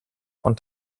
und